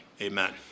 Amen